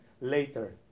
later